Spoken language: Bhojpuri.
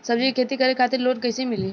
सब्जी के खेती करे खातिर लोन कइसे मिली?